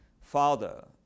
father